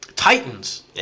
Titans